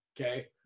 Okay